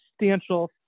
substantial